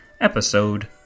episode